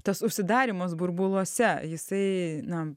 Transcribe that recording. tas užsidarymas burbuluose jisai na